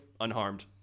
unharmed